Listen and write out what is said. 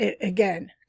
again